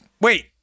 Wait